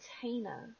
container